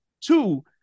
Two